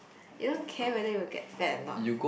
you don't care whether you will get fat or not